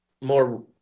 more –